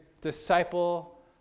disciple